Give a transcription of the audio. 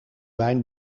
wijn